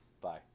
Bye